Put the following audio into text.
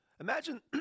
Imagine